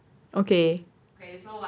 okay